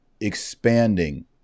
expanding